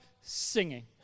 singing